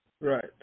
Right